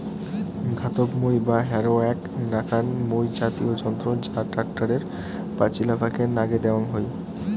ধাতব মই বা হ্যারো এ্যাক নাকান মই জাতীয় যন্ত্র যা ট্যাক্টরের পাচিলাপাকে নাগে দ্যাওয়াং হই